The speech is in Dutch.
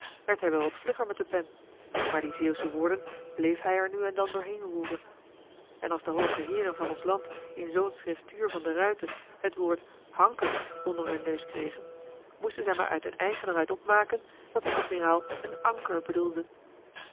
werd hij wel wat vlugger met de pen maar die zeeuwsche woorden bleef hij er nu en dan doorheen roeren en als de hooge heeren van ons land in zoo'n schriftuur van de ruijter joh h been paddeltje de scheepsjongen van michiel de ruijter het woord hanker onder hun neus kregen moesten zij maar uit hun eigen er uit opmaken dat hun admiraal een anker bedoelde